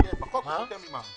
בחוק הוא פטור ממע"מ.